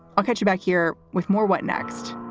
i'll catch you back here with more. what next?